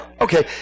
Okay